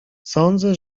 sądzę